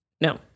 No